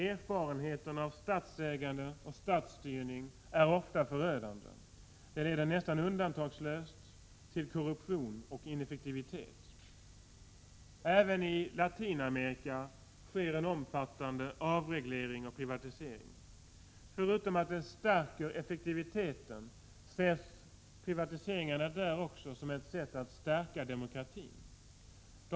Erfarenheterna av statsägande och statsstyrning är ofta förödande. Det leder nästan undantagslöst till korruption och ineffektivitet. Även i Latinamerika sker en omfattande avreglering och privatisering. Förutom att de stärker effektiviteten ses privatiseringarna där också som ett sätt att stärka demokratin.